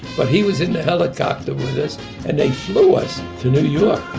but he was in the helicopter with us and they flew us to new york